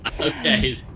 Okay